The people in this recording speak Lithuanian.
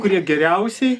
kurie geriausiai